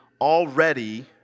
already